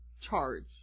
charge